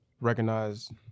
recognized